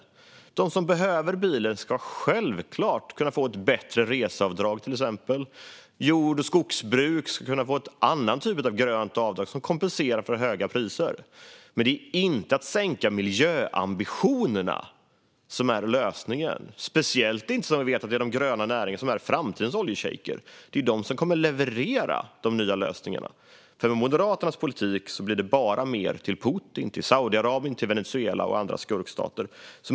Till exempel ska de som behöver bilen självklart kunna få ett bättre reseavdrag. Jord och skogsbruk ska kunna få en annan typ av grönt avdrag som kompenserar för höga priser. Men det är inte sänkta miljöambitioner som är lösningen, speciellt inte som vi vet att det är de gröna näringarna som är framtidens "oljeschejker". Det är ju de som kommer att leverera de nya lösningarna. Med Moderaternas politik blir det bara mer till Putins Ryssland, Saudiarabien, Venezuela och andra skurkstater.